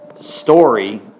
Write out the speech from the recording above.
story